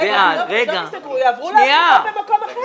רגע, עזוב "ייסגרו", יעברו למקום אחר.